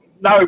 No